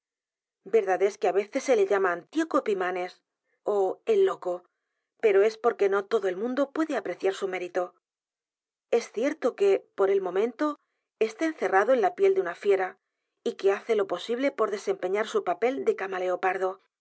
es que á veces se le llama antioco epimanes ó el loco pero es porque no todo el mundo puede apreciar su mérito es cierto que por el momento está encerrado en la cuatro bestias en una piel de una fiera y que hace lo posible por desempeñar su papel de camaleorpardo pero